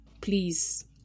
please